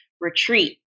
retreat